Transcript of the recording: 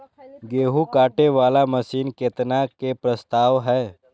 गेहूँ काटे वाला मशीन केतना के प्रस्ताव हय?